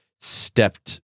stepped